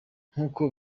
nk’uko